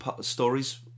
stories